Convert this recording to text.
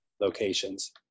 locations